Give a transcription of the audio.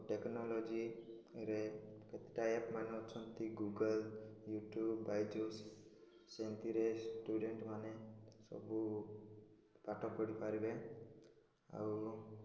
ଟେକ୍ନୋଲୋଜିରେ କେତେଟା ଆପ୍ ମାନ ଅଛନ୍ତି ଗୁଗଲ୍ ୟୁଟ୍ୟୁବ ବାଇଜୁସ୍ ସେମତିରେ ଷ୍ଟୁଡେଣ୍ଟମାନେ ସବୁ ପାଠ ପଢ଼ି ପାରିବେ ଆଉ